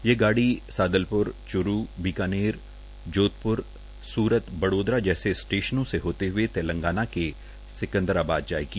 यह गाड़ी सादलपुर चु बीकानेर जोधपुर सूरत बडोदरा जैसे टेशन से होते हुए तेलंगाना के सकंदराबाद जाएगी